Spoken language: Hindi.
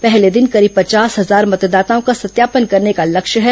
पहले दिन करीब पचास हजार मतदाताओं का सत्यापन करने का लक्ष्य है